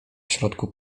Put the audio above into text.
środku